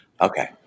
okay